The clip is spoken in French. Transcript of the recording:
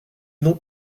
nom